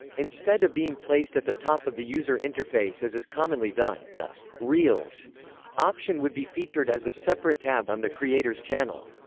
instead of being placed at the top of the user interface as is commonly done, the reels option would be featured as a separate tab on the creator's channel.